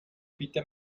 bitte